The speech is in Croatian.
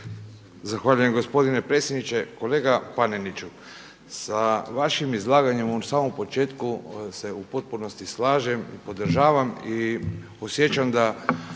Zahvaljujem gospodine predsjedniče. Kolega Paneniću, sa vašim izlaganjem u samom početku se u potpunosti slažem i podržavam i osjećam da